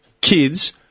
kids